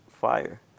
fire